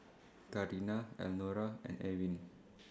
Karina Elnora and Ewin